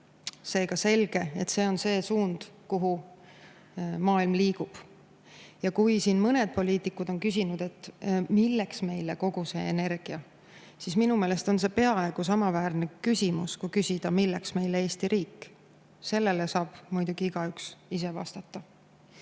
Seega on selge, et see on see suund, kuhu maailm liigub. Mõned poliitikud on küsinud, milleks meile kogu see energia, aga minu meelest on see peaaegu samaväärne kui küsida, milleks meile Eesti riik. Sellele saab muidugi igaüks ise vastata.